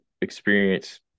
experience